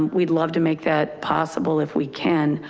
um we'd love to make that possible if we can,